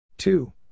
Two